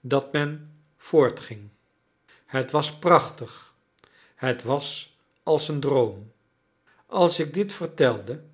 dat men voortging het was prachtig het was als een droom als ik dit vertelde